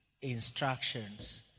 instructions